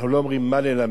אנחנו לא אומרים מה ללמד,